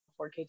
4k